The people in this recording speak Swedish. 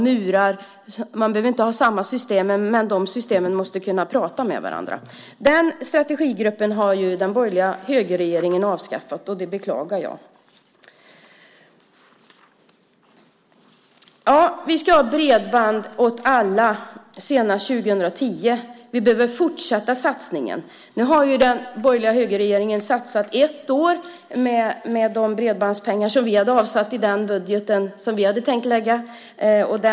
Man behöver inte ha samma system, men systemen måste kunna prata med varandra. Den strategigruppen har den borgerliga högerregeringen avskaffat. Det beklagar jag. Vi ska ha bredband åt alla senast 2010. Vi behöver fortsätta satsningen. Nu har den borgerliga högerregeringen satsat ett år med de bredbandspengar som vi hade avsatt i den budget som vi hade tänkt lägga fram.